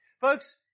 Folks